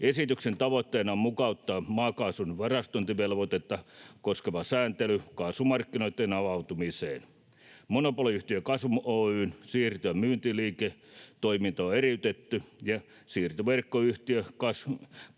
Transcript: Esityksen tavoitteena on mukauttaa maakaasun varastointivelvoitetta koskeva sääntely kaasumarkkinoitten avautumiseen. Monopoliyhtiö Gasum Oy:n siirto- ja myyntiliiketoiminta on eriytetty, ja siirtoverkkoyhtiö